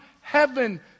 heaven